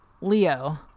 Leo